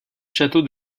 château